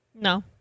No